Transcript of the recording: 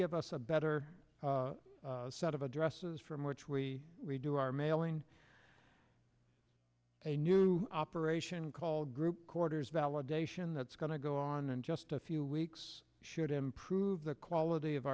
give us a better set of addresses from which we redo our mailing a new operation called group quarters validation that's going to go on in just a few weeks should improve the quality of